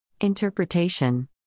Interpretation